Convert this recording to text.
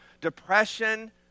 Depression